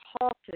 halted